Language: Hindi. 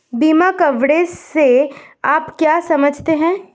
बीमा कवरेज से आप क्या समझते हैं?